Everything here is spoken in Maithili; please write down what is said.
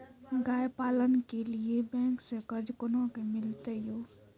गाय पालन के लिए बैंक से कर्ज कोना के मिलते यो?